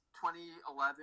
2011